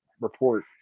report